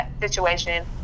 situation